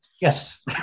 Yes